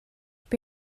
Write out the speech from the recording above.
beth